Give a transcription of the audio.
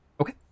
Okay